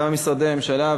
גם משרדי הממשלה,